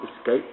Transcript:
escape